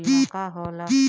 बीमा का होला?